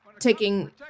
taking